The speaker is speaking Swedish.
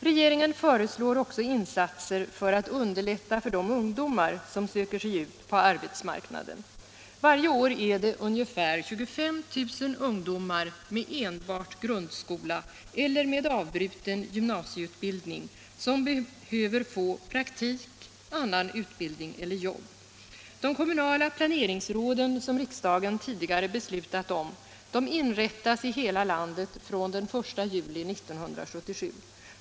Regeringen föreslår också insatser för att underlätta för de ungdomar som söker sig ut på arbetsmarknaden. Varje år är det ungefär 25 000 ungdomar med enbart grundskola eller med avbruten gymnasieutbildning som behöver få praktik, annan utbildning eller jobb. De kommunala planeringsråden som riksdagen tidigare beslutat om inrättas i hela landet från den 1 juli 1977.